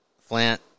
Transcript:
flint